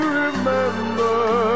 remember